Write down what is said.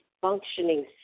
functioning